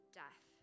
death